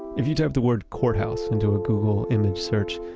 if you type the word courthouse into a google image search,